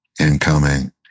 incoming